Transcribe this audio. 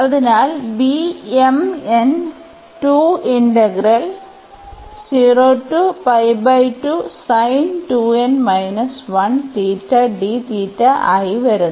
അതിനാൽ ആയി വരുന്നു